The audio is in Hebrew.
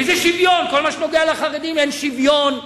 איזה שוויון, בכל מה שנוגע לחרדים אין שוויון.